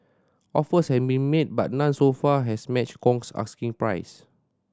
offers have been made but none so far has matched Kong's asking price